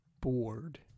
Bored